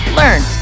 learn